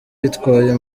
yitwaye